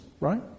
right